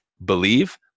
believe